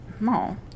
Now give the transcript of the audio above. no